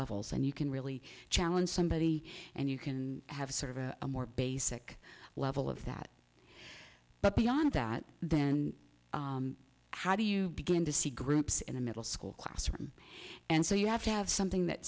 levels and you can really challenge somebody and you can have sort of a more basic level of that but beyond that then how do you begin to see groups in a middle school classroom and so you have to have something that